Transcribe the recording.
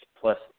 plus